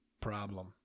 problem